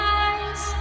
eyes